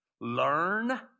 Learn